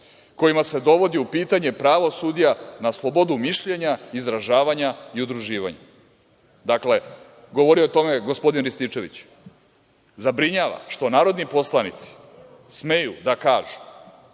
„kojima se dovodi u pitanje pravo sudija na slobodu mišljenja, izražavanja i udruživanja“. Dakle, govorio je o tome gospodin Rističević. Zabrinjava što narodni poslanici smeju da kažu